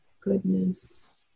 goodness